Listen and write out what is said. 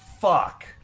fuck